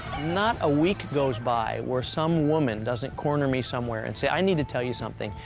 not a week goes by where some woman doesn't corner me somewhere and say, i need to tell you something,